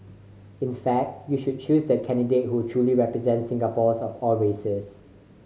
in fact you should choose the candidate who truly represents Singaporeans of all races